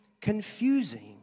confusing